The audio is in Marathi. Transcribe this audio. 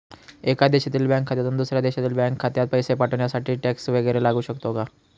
एका देशातील बँक खात्यातून दुसऱ्या देशातील बँक खात्यात पैसे पाठवण्यासाठी टॅक्स वैगरे लागू शकतो का?